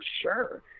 sure